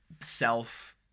self